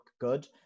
good